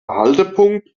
haltepunkt